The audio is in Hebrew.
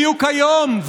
בדיוק היום,